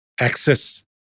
access